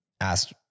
asked